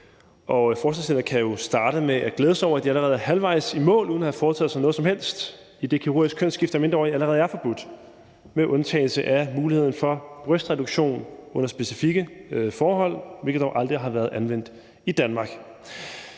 forslagsstillerne kan jo starte med at glæde sig over, at de allerede er halvvejs i mål uden at have foretaget sig noget som helst, idet kirurgisk kønsskifte af mindreårige allerede er forbudt – med undtagelse af muligheden for brystreduktion under specifikke forhold, hvilket dog aldrig har været anvendt i Danmark.